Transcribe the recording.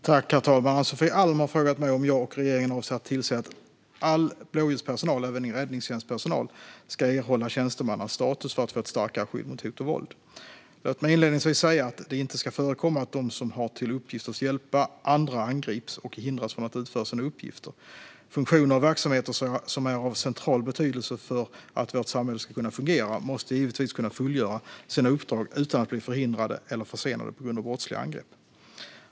Herr talman! Ann-Sofie Alm har frågat mig om jag och regeringen avser att tillse att all blåljuspersonal, även räddningstjänstpersonal, ska erhålla tjänstemannastatus för att få ett starkare skydd mot hot och våld. Låt mig inledningsvis säga att det inte ska förekomma att de som har till uppgift att hjälpa andra angrips och hindras från att utföra sina uppgifter. Funktioner och verksamheter som är av central betydelse för att vårt samhälle ska kunna fungera måste givetvis kunna fullgöra sina uppdrag utan att bli förhindrade eller försenade på grund av brottsliga angrepp.